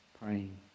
praying